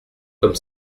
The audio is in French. comme